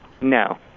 No